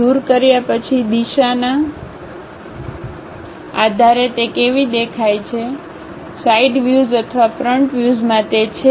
દૂર કર્યા પછી દિશાના આધારે તે કેવી દેખાય છે સાઈડ વ્યુઝ અથવા ફ્રન્ટ વ્યુઝમાં તે છે